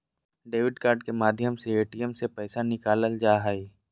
debit card के माध्यम से ए.टी.एम से पैसा निकालल जा हय